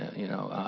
you know,